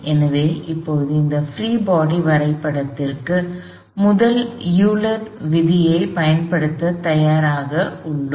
எனவே இப்போது இந்த பிரீ பாடி வரைபடத்திற்கு முதல் யூலர் விதியைப் Eulers Law பயன்படுத்தத் தயாராக உள்ளோம்